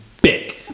big